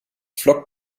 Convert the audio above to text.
flockt